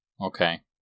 Okay